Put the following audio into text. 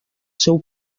seu